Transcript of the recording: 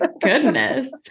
Goodness